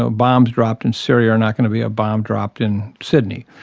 ah bombs dropped in syria are not going to be a bomb dropped in sydney.